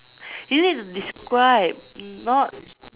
you need to describe not